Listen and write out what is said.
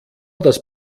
das